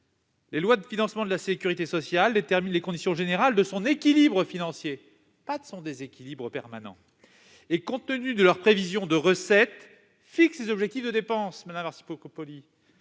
Les lois de financement de la sécurité sociale déterminent les conditions générales de son équilibre financier »- non de son déséquilibre permanent !-« et, compte tenu de leurs prévisions de recettes, fixent ses objectifs de dépenses. » C'est ce qui